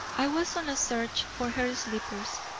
i was on a search for her slippers,